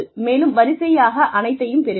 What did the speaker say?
மேலும் வரிசையாக அனைத்தையும் பெறுவீர்கள்